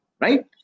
right